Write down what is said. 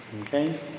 Okay